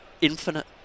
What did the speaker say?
Infinite